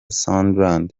sunderland